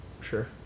sure